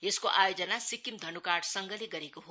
यसको आयोजना सिक्किम धन्काँड संघले गरेको हो